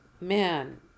man